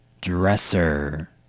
Dresser